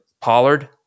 Pollard